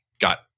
got